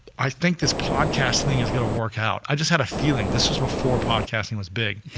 i think this podcast thing is going to work out, i just had a feeling, this was before podcasting was big.